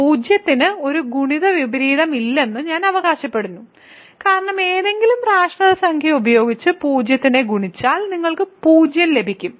0 ന് ഒരു ഗുണിത വിപരീതം ഇല്ലെന്ന് ഞാൻ അവകാശപ്പെടുന്നു കാരണം ഏതെങ്കിലും റാഷണൽ സംഖ്യ ഉപയോഗിച്ച് 0 നെ ഗുണിച്ചാൽ നിങ്ങൾക്ക് 0 ലഭിക്കും